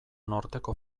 norteko